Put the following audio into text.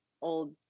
old